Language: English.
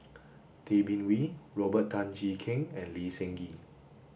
Tay Bin Wee Robert Tan Jee Keng and Lee Seng Gee